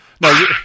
No